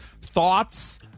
thoughts